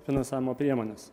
finansavimo priemones